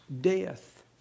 death